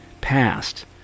past